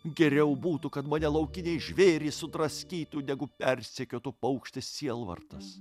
geriau būtų kad mane laukiniai žvėrys sudraskytų negu persekiotų paukštis sielvartas